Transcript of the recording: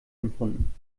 empfunden